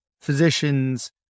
physicians